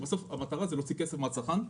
כאשר בסוף המטרה היא להוציא כסף מן הצרכן.